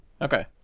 Okay